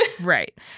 Right